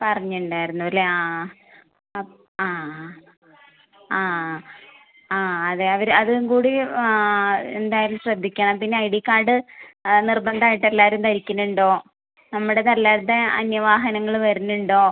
പറഞ്ഞിട്ടുണ്ടായിരുന്നു അല്ലേ ആ ആ ആ ആ ആ ആ ആ ആ അതെ അവര് അതും കൂടി ആ ആ എന്തായാലും ശ്രദ്ധിക്കണം പിന്നെ ഐ ഡി കാർഡ് നിർബന്ധായിട്ടെല്ലാവരും ധരിക്കുന്നുണ്ടോ നമ്മുടെ ചിലരുടെ അന്യ വാഹനങ്ങള് വരുന്നുണ്ടോ